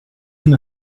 una